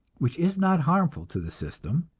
which is not harmful to the system,